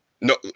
No